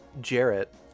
Jarrett